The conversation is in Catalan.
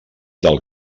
del